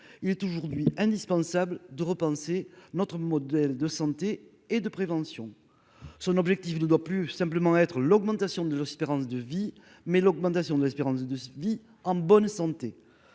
il est aujourd'hui indispensable de repenser notre modèle de santé et de prévention, son objectif ne doit plus simplement être l'augmentation des aussi 42 vie mais l'augmentation de l'espérance de se dit en bonne santé